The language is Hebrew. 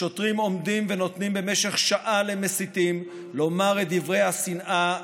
השוטרים עומדים ונותנים במשך שענה למסיתים לומר את דברי השנאה,